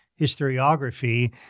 historiography